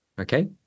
okay